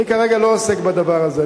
אני כרגע לא עוסק בדבר הזה,